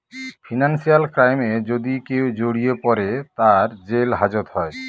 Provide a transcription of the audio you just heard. financial ক্রাইমে যদি কেউ জড়িয়ে পরে, তার জেল হাজত হয়